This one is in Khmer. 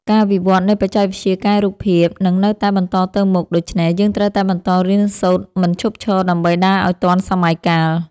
ការវិវត្តន៍នៃបច្ចេកវិទ្យាកែរូបភាពនឹងនៅតែបន្តទៅមុខ ដូច្នេះយើងត្រូវតែបន្តរៀនសូត្រមិនឈប់ឈរដើម្បីដើរឱ្យទាន់សម័យកាល។